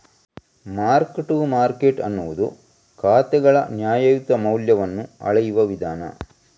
mark to market ಅನ್ನುದು ಖಾತೆಗಳ ನ್ಯಾಯಯುತ ಮೌಲ್ಯವನ್ನ ಅಳೆಯುವ ವಿಧಾನ